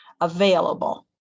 available